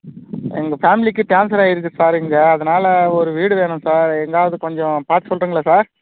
எங்கள் ஃபேமிலிக்கு ட்ரான்ஸ்வர் ஆயிருக்கு சார் இங்கே அதனால் ஒரு வீடு வேணும் சார் எங்கேயாவது கொஞ்சம் பார்த்து சொல்லுறிங்ளா சார்